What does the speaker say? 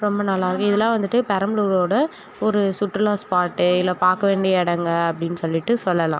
ரொம்ப நல்லாவே இதெல்லாம் வந்துட்டு பெரம்பலூரோட ஒரு சுற்றுலா ஸ்பார்ட்டு இல்லை பார்க்க வேண்டிய இடங்க அப்படின்னு சொல்லிட்டு சொல்லலாம்